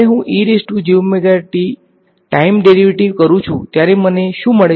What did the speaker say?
તેથી જ્યારે હું ટાઈમ ડેરીવેટીવ કરું છું ત્યારે મને શું મળે છે